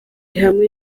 hamwe